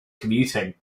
commuting